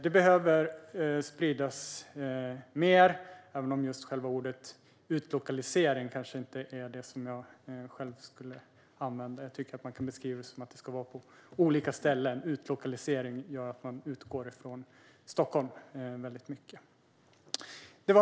Det behöver spridas mer. Själva ordet utlokalisering kanske inte är det ord jag själv skulle använda. Man kan i stället beskriva det som att det ska vara på olika ställen. Med just utlokalisering utgår man mycket från Stockholm.